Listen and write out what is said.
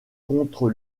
contre